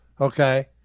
okay